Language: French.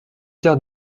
heures